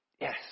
Yes